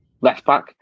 left-back